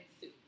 soup